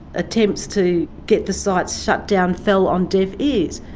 attempts to get the sites shut down fell on deaf ears.